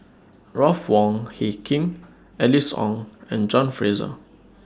Ruth Wong Hie King Alice Ong and John Fraser